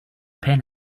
pen